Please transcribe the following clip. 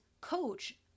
coach